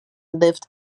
lived